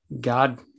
god